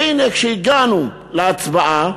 והנה, כשהגענו להצבעה,